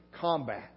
combat